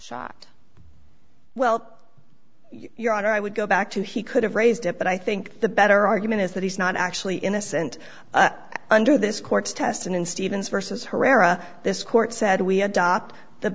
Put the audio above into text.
shot well your honor i would go back to he could have raised it but i think the better argument is that he's not actually innocent under this court's test in stevens versus herrera this court said we adopt the